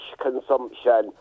consumption